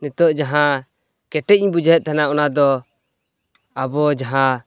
ᱱᱤᱛᱚᱜ ᱡᱟᱦᱟᱸ ᱠᱮᱴᱮᱡ ᱤᱧ ᱵᱩᱡᱷᱟᱹᱣᱮᱫ ᱛᱟᱦᱮᱱᱟ ᱚᱱᱟ ᱫᱚ ᱟᱵᱚ ᱡᱟᱦᱟᱸ